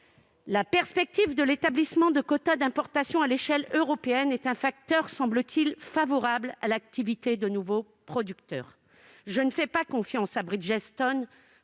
La perspective de l'établissement de quotas d'importation à l'échelle européenne est un facteur, semble-t-il, favorable à l'activité de nouveaux producteurs. Je ne fais pas confiance à Bridgestone